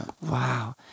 Wow